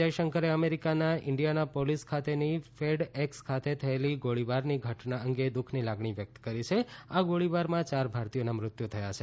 જયશંકરે અમેરિકાના Indianapolis ખાતેની ફેડ એકસ ખાતે થયેલી ગોળીબારની ઘટના અંગે દુઃખની લાગણી વ્યક્ત કરી છે આ ગોળીબારમાં ચાર ભારતીયોના મૃત્યુ થયા છે